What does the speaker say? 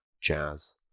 jazz